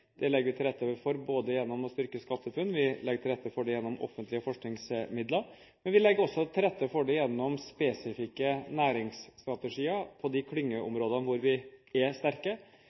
vi legge til rette for både gjennom å styrke SkatteFUNN, vi legger til rette for det gjennom offentlige forskningsmidler, men vi legger også til rette for det gjennom spesifikke næringsstrategier på de klyngeområdene hvor vi er sterke.